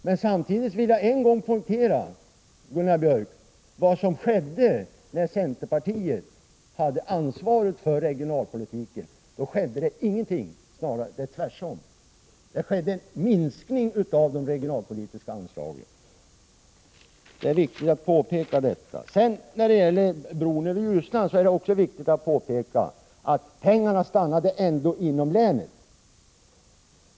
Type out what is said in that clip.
Men samtidigt vill jag än en gång poängtera vad som skedde när centerpartiet hade ansvaret för regionalpolitiken, Gunnar Björk. Då skedde ingenting. Det blev en minskning av de regionalpolitiska anslagen. — Det är viktigt att påpeka detta. När det gäller bron över Ljusnan är det också viktigt att pengarna ändå stannar inom länet.